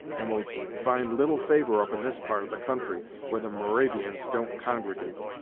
and will find little favor up in this part of the country, where the moravians don't congregate.